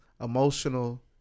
emotional